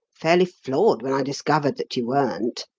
fairly floored when i discovered that you weren't.